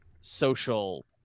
social